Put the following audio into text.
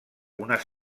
unes